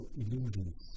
illusions